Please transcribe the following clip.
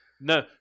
no